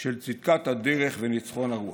של צדקת הדרך וניצחון הרוח.